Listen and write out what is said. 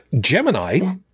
Gemini